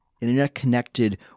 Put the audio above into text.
internet-connected